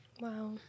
Wow